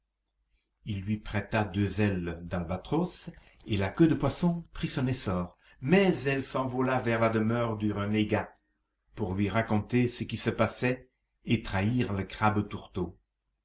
il lui prêta deux ailes d'albatros et la queue de poisson prit son essor mais elle s'envola vers la demeure du renégat pour lui raconter ce qui se passait et trahir le crabe tourteau